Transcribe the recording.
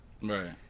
Right